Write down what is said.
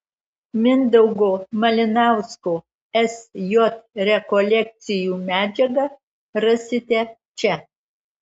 mindaugo malinausko sj rekolekcijų medžiagą rasite čia